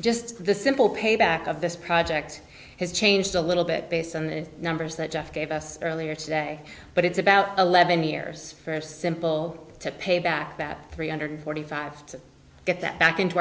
just the simple payback of this project has changed a little bit based on the numbers that jeff gave us earlier today but it's about eleven years for simple to pay back that three hundred forty five to get that back into